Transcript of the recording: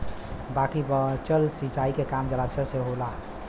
बाकी बचल सिंचाई के काम जलाशय से होला